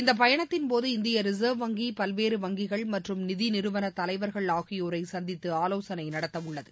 இந்த பயணத்தின்போது இந்திய ரிசர்வ் வங்கி பல்வேறு வங்கிகள் மற்றும் நிதி நிறுவன தலைவர்கள் ஆகியோரை சந்தித்து ஆலோசனை நடத்த உள்ளது